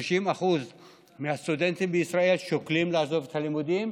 כ-30% מהסטודנטים בישראל שוקלים לעזוב את הלימודים,